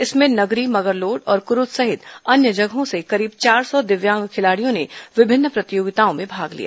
इसमें नगरी मगरलोड और कुरूद सहित अन्य जगहों से करीब चार सौ दिव्यांग खिलाड़ियों ने विभिन्न प्रतियोगिताओं में भाग लिया